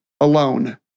alone